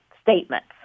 statements